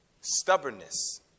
Stubbornness